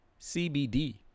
CBD